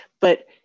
but-